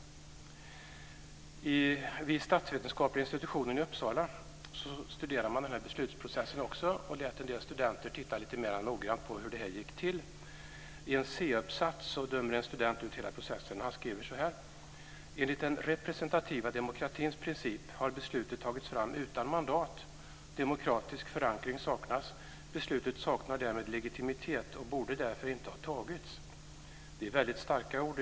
Vid statsvetenskapliga institutionen i Uppsala studerade man också den här beslutsprocessen. Man lät en del studenter titta lite mera noga på hur det gick till. I en C-uppsats dömer en student ut hela processen. Det står så här: "Enligt den representativa demokratins princip har beslutet tagits fram utan mandat, demokratisk förankring saknas - beslutet saknar därmed legitimitet och borde därför inte ha tagits." Det är väldigt starka ord.